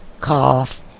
cough